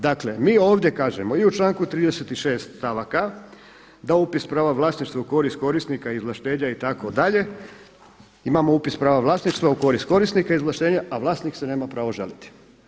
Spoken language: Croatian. Dakle mi ovdje kažemo i u članku 36, stavaka da upis prava vlasništva u korist korisnika izvlaštenja itd., imamo upis prava vlasništva u korist korisnika izvlaštenja a vlasnik se nema pravo žaliti.